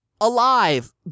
alive